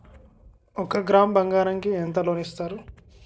ఒక గ్రాము బంగారం కి ఎంత లోన్ ఇస్తారు?